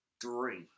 three